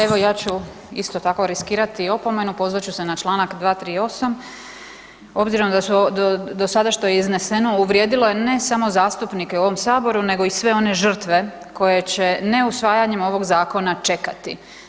Evo ja ću isto tako riskirati opomenu, pozvat ću se na čl. 238., obzirom da dosada što je je izneseno, uvrijedilo je samo zastupnike u ovom Saboru nego i sve opne žrtve koje će neusvajanjem ovog zakona čekati.